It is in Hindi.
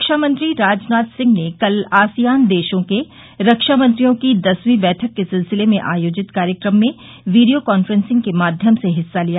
रक्षामंत्री राजनाथ सिंह ने कल आसियान देशों के रक्षा मंत्रियों की दसवीं बैठक के सिलसिले में आयोजित कार्यक्रम में वीडियो कॉन्फ्रेंसिंग के माध्यम से हिस्सा लिया